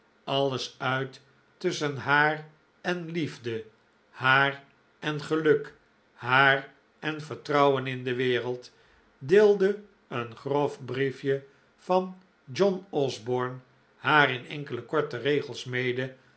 alles uit tusschen haar en liefde haar en geluk haar en vertrouwen in de wereld deelde een grof brief je van john osborne haar in enkele korte regels mede